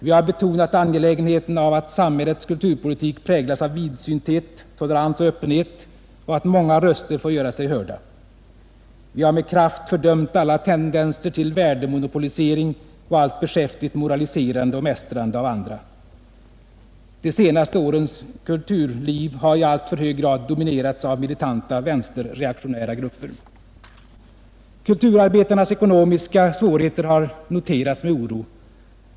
Vi har betonat angelägenheten av att samhällets kulturpolitik präglas av vidsynthet, tolerans och öppenhet och att många röster får göra sig hörda. Vi har med kraft fördömt alla tendenser till värdemonopolisering och allt beskäftigt moraliserande och mästrande av andra. De senaste årens kulturliv har i alltför hög grad dominerats av militanta vänsterreaktionära grupper. Kulturarbetarnas ekonomiska svårigheter har noterats med oro.